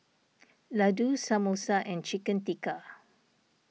Ladoo Samosa and Chicken Tikka